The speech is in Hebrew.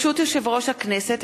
ברשות יושב-ראש הכנסת,